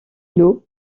l’eau